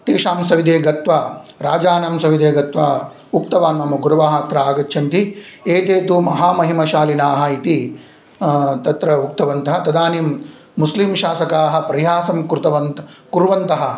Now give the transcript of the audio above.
तेषां सविधे गत्वा राजानां सविधे गत्वा उक्तवान् मम गुरवः अत्र आगच्छन्ति एते तु महामहिमशालिनाः इति तत्र उक्तवन्तः तदानीं मुस्लिं शासकाः परिहासं कृतवन्त् कुर्वन्तः